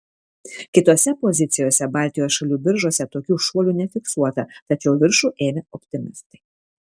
kitose pozicijose baltijos šalių biržose tokių šuolių nefiksuota tačiau viršų ėmė optimistai